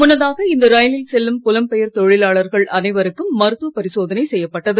முன்னதாக இந்த ரயிலில் செல்லும் புலம்பெயர் தொழிலாளர்கள் அனைவருக்கும் மருத்துவ பரிசோதனை செய்யப்பட்டது